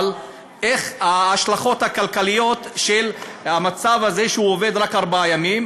אבל מה ההשלכות הכלכליות של המצב הזה שהוא עובד רק ארבעה ימים?